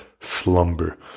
slumber